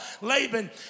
Laban